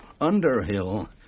Underhill